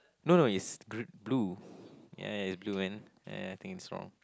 no no is gr~ blue ya ya it's blue and ya I think it's wrong